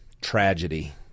tragedy